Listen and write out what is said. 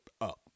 up